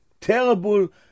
Terrible